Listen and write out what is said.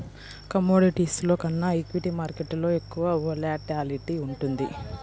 కమోడిటీస్లో కన్నా ఈక్విటీ మార్కెట్టులో ఎక్కువ వోలటాలిటీ ఉంటుంది